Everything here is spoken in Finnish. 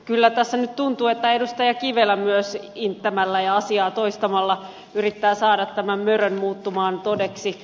kyllä tässä nyt tuntuu että edustaja kivelä myös inttämällä ja asiaa toistamalla yrittää saada tämän mörön muuttumaan todeksi